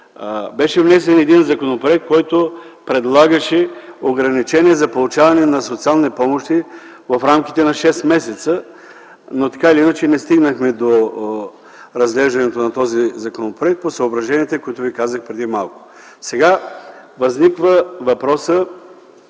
беше внесен един законопроект, който предлагаше ограничение за получаване на социални помощи в рамките на 6 месеца, но не стигнахме до разглеждането на този законопроект по съображенията, които ви казах преди малко.